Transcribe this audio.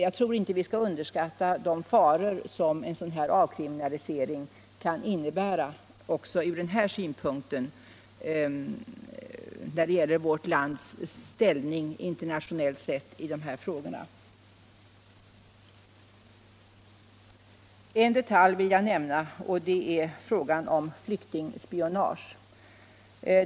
Jag tror inte vi skall underskatta de faror som en sådan avkriminalisering kan innebära också ur den synpunkten för vårt lands ställning internationellt sett i de här sammanhangen. En detalj som jag vill nämna är flyktingspionage.